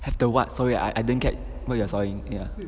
have the what sorry I I didn't get what you are saying yeah